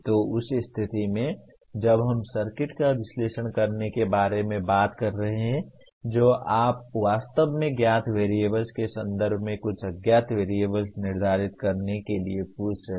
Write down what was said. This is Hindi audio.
तो उस स्थिति में क्या जब हम सर्किट का विश्लेषण करने के बारे में बात कर रहे हैं जो आप वास्तव में ज्ञात वेरिएबल्स के संदर्भ में कुछ अज्ञात वेरिएबल्स निर्धारित करने के लिए पूछ रहे हैं